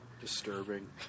disturbing